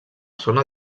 zona